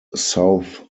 south